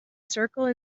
circle